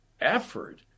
effort